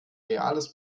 reales